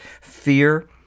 fear